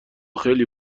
خیلی